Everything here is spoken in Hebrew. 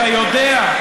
אתה יודע,